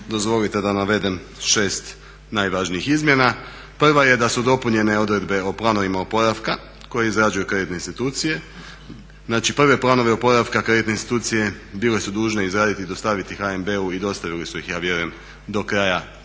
dozvolite da navedem šest najvažnijih izmjena. Prva je da su dopunjene odredbe o planovima oporavka koje izrađuju kreditne institucije. Znači prve planove oporavka kreditne institucije bile su dužne izraditi i dostaviti HNB-u i dostavili su ih ja vjerujem do kraja